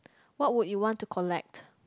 what would you want to collect